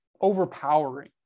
overpowering